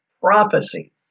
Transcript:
prophecy